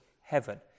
heaven